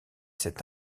cet